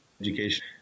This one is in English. education